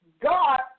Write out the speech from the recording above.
God